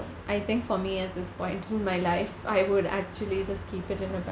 I think for me at this point in my life I would actually just keep it in the bank